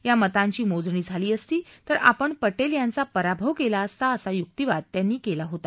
या मतांची मोजणी झाली असती तर आपण पटेल यांचा पराभव केला असता असा युक्तिवाद त्यांनी केला होता